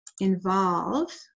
involve